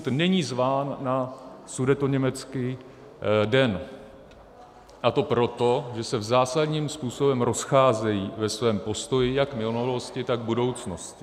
Witikobund není zván na Sudetoněmecký den, a to proto, že se zásadním způsobem rozcházejí ve svém postoji jak v minulosti, tak budoucnosti.